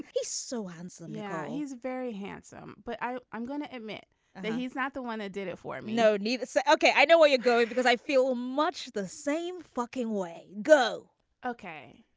he's so handsome yeah he's very handsome. but i i'm going to admit that he's not the one that did it for him no need to say okay i know where you're going because i feel much the same fucking way go ok.